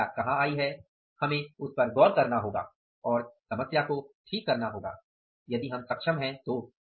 समस्या कहाँ आई है हमें उस पर गौर करना होगा और समस्या को ठीक करना होगा यदि हम सक्षम हैं तो